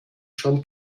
schon